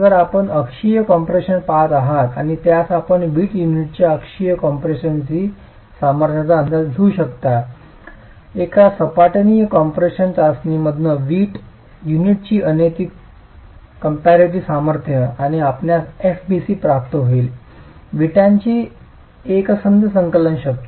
जर आपण अक्षीय कम्प्रेशन पहात आहात ज्यास आपण वीट युनिटच्या अक्षीय कॉम्पॅरेसी सामर्थ्याचा अंदाज घेऊ शकता एका सपाटनिहाय कम्प्रेशन चाचणीमधून वीट युनिटची अनैतिक कॉम्पॅरिटी सामर्थ्य आणि आपणास fbc प्राप्त होईल विटाची एकसंध संकलन शक्ती